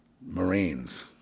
Marines